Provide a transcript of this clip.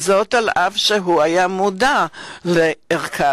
אף שהוא היה מודע לערכם.